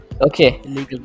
okay